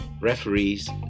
Referees